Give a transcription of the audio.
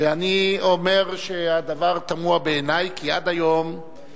אני אומר שהדבר תמוה בעיני, כי עד היום השרים